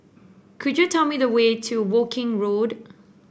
could you tell me the way to Woking Road